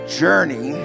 journey